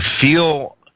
feel